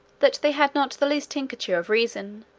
that they had not the least tincture of reason,